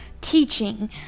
teaching